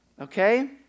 Okay